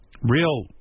real